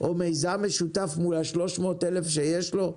או מיזם משותף מול ה-300 אלף שיש לו,